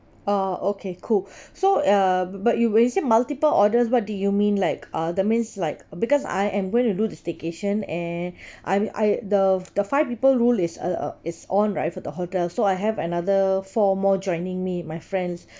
ah okay cool so uh but you when you say multiple orders what do you mean like uh that means like because I am going to do the staycation and I'm I the the five people rule is uh is on right for the hotel so I have another four more joining me my friends